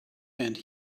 and